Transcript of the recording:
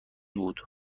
بود